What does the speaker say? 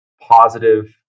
positive